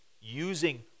using